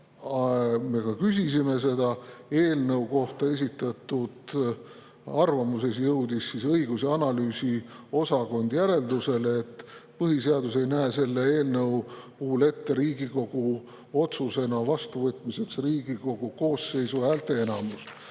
Me ka küsisime seda. Eelnõu kohta esitatud arvamuses jõudis õigus‑ ja analüüsiosakond järeldusele, et põhiseadus ei näe selle eelnõu Riigikogu otsusena vastuvõtmiseks ette Riigikogu koosseisu häälteenamuse